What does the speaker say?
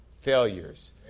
failures